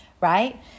right